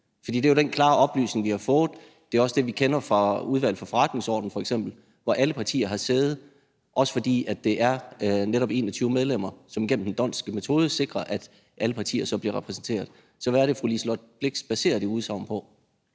for det er jo den klare oplysning, vi har fået. Det er også det, vi kender fra Udvalget for Forretningsordenen f.eks., hvor alle partier har sæde, fordi den D'Hondtske metode sikrer, at det netop er ved 21 medlemmer, at alle partier så bliver repræsenteret. Så hvad er det, fru Liselott Blixt baserer det udsagn på?